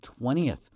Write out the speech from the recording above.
20th